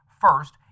First